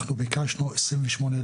יש פילוח בקשר למיעוטים?